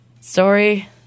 Story